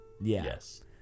Yes